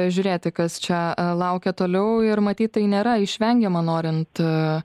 žiūrėti kas čia laukia toliau ir matyt tai nėra išvengiama norint